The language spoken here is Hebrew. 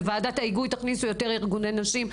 בוועדת ההיגוי תכניסו יותר ארגוני נשים,